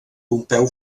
pompeu